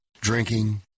Drinking